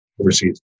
overseas